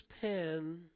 pen